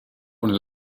con